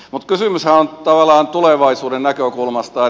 mutta kysymyshän on tavallaan tulevaisuuden näkökulmasta